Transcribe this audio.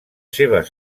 seves